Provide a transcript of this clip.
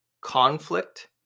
conflict